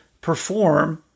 perform